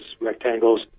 rectangles